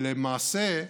למעשה,